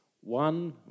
one